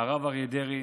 הרב אריה דרעי.